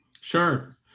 sure